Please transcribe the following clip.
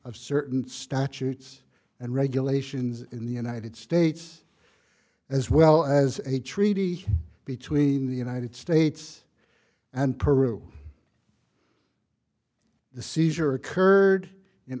of certain statutes and regulations in the united states as well as a treaty between the united states and peru the seizure occurred in